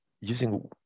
using